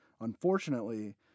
Unfortunately